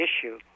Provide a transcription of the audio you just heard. issue